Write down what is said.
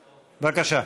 בבקשה.